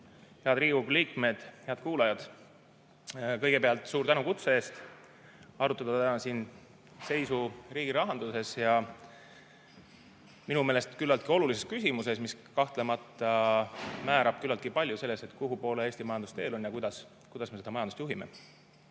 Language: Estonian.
Head Riigikogu liikmed! Head kuulajad! Kõigepealt suur tänu kutse eest, et arutada täna siin riigi rahanduse seisu ja minu meelest küllaltki olulist küsimust, mis kahtlemata määrab küllaltki palju: kuhu poole Eesti majandus teel on ja kuidas me seda majandust